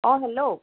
অঁ হেল্ল'